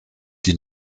die